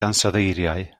ansoddeiriau